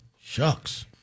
Shucks